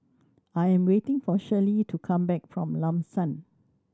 I am waiting for Shirley to come back from Lam San